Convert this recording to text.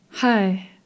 Hi